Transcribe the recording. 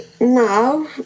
now